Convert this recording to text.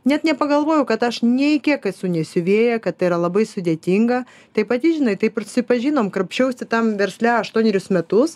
net nepagalvojau kad aš nei kiek esu ne siuvėja kad tai yra labai sudėtinga tai pati žinai taip ir susipažinom krapščiausi tam versle aštuonerius metus